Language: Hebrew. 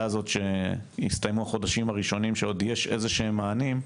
הזאת שהסתיימו החודשים הראשונים שעוד יש איזה שהם מענים,